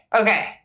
Okay